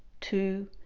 two